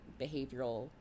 behavioral